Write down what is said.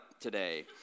today